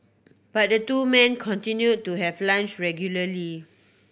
but the two men continued to have lunch regularly